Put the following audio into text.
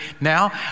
now